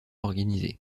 organisées